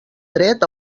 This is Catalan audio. dret